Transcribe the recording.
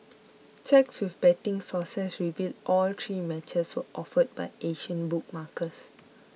checks with betting sources revealed all three matches were offered by Asian bookmakers